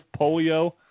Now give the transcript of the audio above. polio –